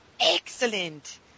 Excellent